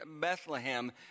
Bethlehem